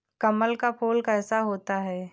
कमल का फूल कैसा होता है?